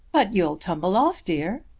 but you'll tumble off, dear.